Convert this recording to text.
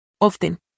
Often